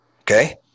okay